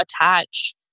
attach